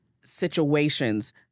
situations